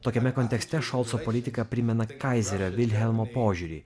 tokiame kontekste šolco politika primena kaizerio vilhelmo požiūrį